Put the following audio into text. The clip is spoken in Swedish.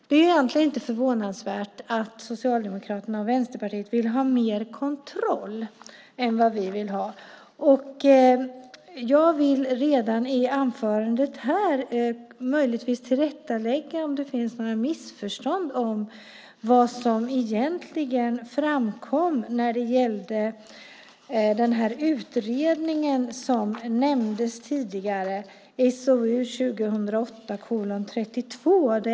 Det är egentligen inte förvånansvärt att Socialdemokraterna och Vänsterpartiet vill ha mer kontroll än vad vi vill ha. Jag vill redan här i anförandet göra ett tillrättaläggande, om det finns några missförstånd om vad som egentligen framkom när det gällde den utredning som nämndes tidigare, SOU 2008:32.